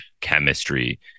chemistry